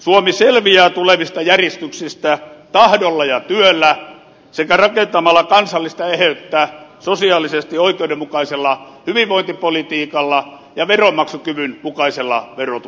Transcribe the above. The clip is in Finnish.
suomi selviää tulevista järistyksistä tahdolla ja työllä sekä rakentamalla kansallista eheyttä sosiaalisesti oikeudenmukaisella hyvinvointipolitiikalla ja veronmaksukyvyn mukaisella verotuksella